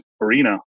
arena